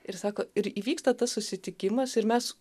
ir sako ir įvyksta tas susitikimas ir mes